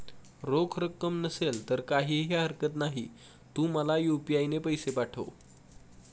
रोख रक्कम नसेल तर काहीही हरकत नाही, तू मला यू.पी.आय ने पैसे पाठव